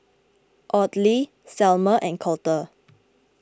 Audley Selmer and Colter